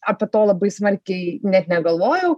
apie to labai smarkiai net negalvojau